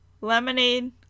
lemonade